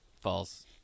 False